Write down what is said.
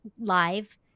live